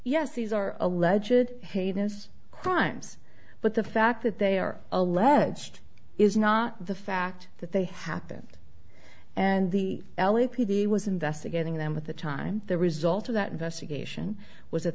yes these are allegedly heinous crimes but the fact that they are alleged is not the fact that they happened and the l a p d was investigating them with the time the result of that investigation was